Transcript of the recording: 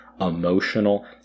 emotional